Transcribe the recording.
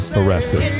arrested